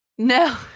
No